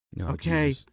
Okay